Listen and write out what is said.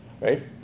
right